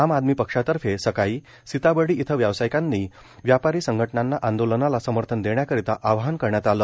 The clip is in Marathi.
आम आदमी पक्षातर्फे सकाळी सीताबर्डी इथं व्यावसायिकांना व्यापारी संघटनांना आंदोलनाला समर्थन देण्याकरिता आवाहन करण्यात आलं